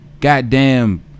goddamn